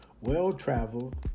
well-traveled